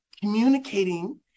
communicating